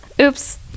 oops